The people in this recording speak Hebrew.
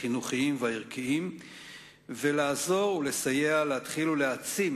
החינוכיים והערכיים ולעזור ולסייע להתחיל ולהעצים